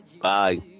Bye